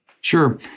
Sure